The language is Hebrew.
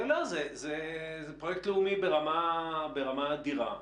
זה פרויקט לאומי ברמה אדירה,